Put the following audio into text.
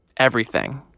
everything.